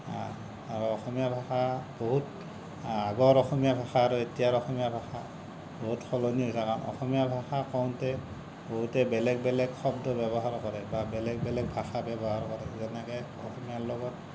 আৰু অসমীয়া ভাষা বহুত আগৰ অসমীয়া ভাষা আৰু এতিয়াৰ অসমীয়া ভাষা বহুত সলনি হৈছে কাৰণ অসমীয়া ভাষা কওঁতে বহুতে বেলেগ বেলেগ শব্দ ব্যৱহাৰ কৰে বা বেলেগ বেলেগ ভাষা ব্যৱহাৰ কৰে যেনেকে অসমীয়াৰ লগত